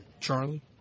Charlie